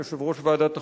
יושב-ראש ועדת החוקה,